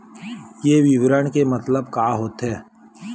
ये विवरण के मतलब का होथे?